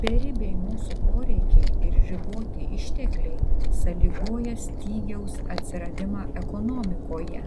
beribiai mūsų poreikiai ir riboti ištekliai sąlygoja stygiaus atsiradimą ekonomikoje